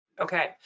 okay